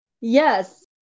Yes